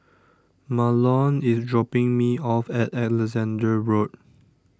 Mahlon is dropping me off at Alexandra Road